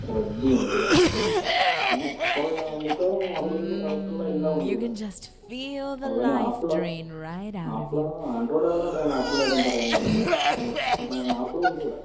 റെഡ്മിയൊണ്ട് അങ്ങനെ കുറെ മിക്കവാറും അവൈലബിള് ആയിട്ടുള്ള എല്ലാം ഉണ്ടിവിടെ അതൊ ഇനി ആപ്പിളാണൊ ആപ്പിള് ആണ്ട്രോയിഡായോണ്ടാണ് ഞാന് ആപ്പിളിന്റെ കാര്യം പറയാഞ്ഞത് ആപ്പിളും ഉണ്ടിവിടെ